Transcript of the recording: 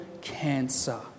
cancer